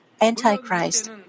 Antichrist